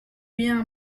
bien